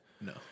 No